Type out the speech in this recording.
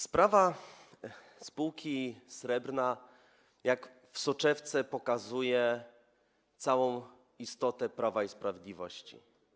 Sprawa spółki Srebrna jak w soczewce pokazuje całą istotę Prawa i Sprawiedliwości.